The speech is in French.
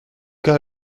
cas